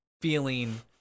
feeling